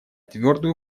твердую